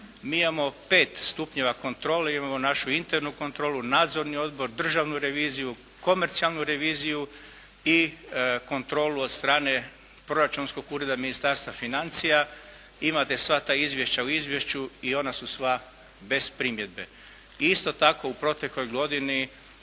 mi imamo pet stupnjeva kontrole. Imamo našu internu kontrolu, Nadzorni odbor, Državnu reviziju, Komercijalnu reviziju i kontrolu od strane Proračunskog ureda Ministarstva financija. Imate sva ta izvješća u izvješću i ona su sva bez primjedbe. Isto tako, u protekloj godini